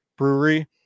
brewery